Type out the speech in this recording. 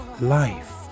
life